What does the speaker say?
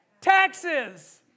taxes